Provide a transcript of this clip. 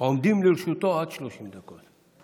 עומדות לרשותו עד 30 דקות.